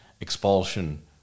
expulsion